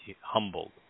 humbled